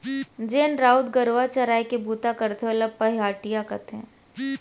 जेन राउत गरूवा चराय के बूता करथे ओला पहाटिया कथें